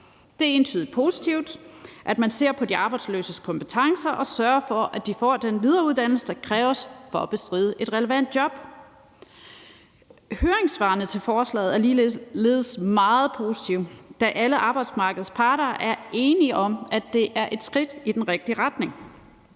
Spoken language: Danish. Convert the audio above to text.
Det er entydigt positivt, at man ser på de arbejdsløses kompetencer og sørger for, at de får den videreuddannelse, der kræves for at bestride et relevant job. Høringssvarene til forslaget er ligeledes meget positive, da alle arbejdsmarkedets parter er enige om, at det er et skridt i den rigtige retning.